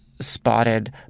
spotted